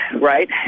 right